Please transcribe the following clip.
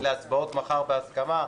הצבעות מחר בהסכמה.